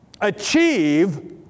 achieve